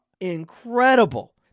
incredible